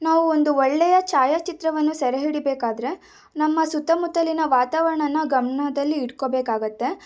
ನಾವು ಒಂದು ಒಳ್ಳೆಯ ಛಾಯಾಚಿತ್ರವನ್ನು ಸೆರೆಹಿಡಿಬೇಕಾದರೆ ನಮ್ಮ ಸುತ್ತಮುತ್ತಲಿನ ವಾತಾವರಣಾನ ಗಮ್ನದಲ್ಲಿಡ್ಕೊಬೇಕಾಗತ್ತೆ